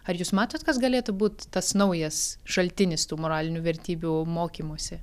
ar jūs matot kas galėtų būt tas naujas šaltinis tų moralinių vertybių mokymosi